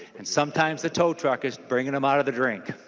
and sometimes the tow truck is bringing them out of the drink.